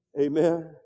Amen